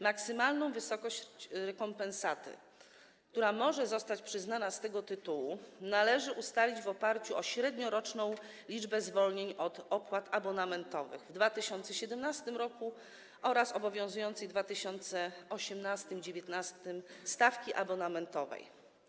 Maksymalną wysokość rekompensaty, która może zostać przyznana z tego tytułu, należy ustalić w oparciu o średnioroczną liczbę zwolnień od opłat abonamentowych w 2017 r. oraz obowiązującą w 2018 i 2019 r. stawkę abonamentową.